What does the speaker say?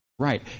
Right